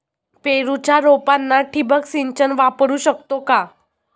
पेरूच्या रोपांना ठिबक सिंचन वापरू शकतो का?